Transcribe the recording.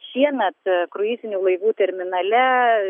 šiemet kruizinių laivų terminale